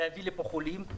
להביא לפה חולים,